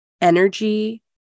energy